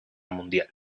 mundial